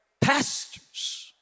pastors